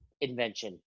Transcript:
invention